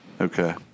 Okay